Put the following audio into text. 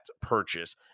purchase